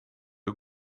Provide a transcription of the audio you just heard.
ook